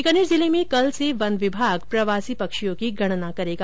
बीकानेर जिले में कल से वन विभाग प्रवासी पक्षियों की गणना करेगा